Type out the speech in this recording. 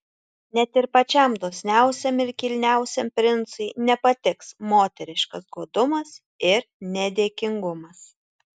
net ir pačiam dosniausiam ir kilniausiam princui nepatiks moteriškas godumas ir nedėkingumas